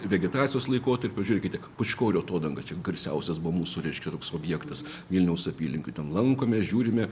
vegetacijos laikotarpiu žiūrėkite pučkorių atodanga čia garsiausias buvo mūsų reiškia toks objektas vilniaus apylinkių ten lankomės žiūrime